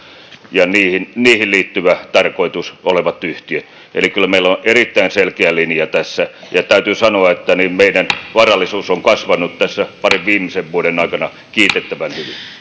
ja siihen liittyvä tarkoitus eli kyllä meillä on on erittäin selkeä linja tässä täytyy sanoa että meidän varallisuutemme on kasvanut tässä parin viimeisen vuoden aikana kiitettävän hyvin